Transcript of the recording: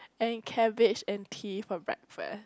and cabbage and tea for breakfast